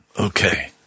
okay